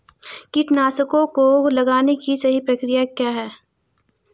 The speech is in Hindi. कीटनाशकों को लगाने की सही प्रक्रिया क्या है?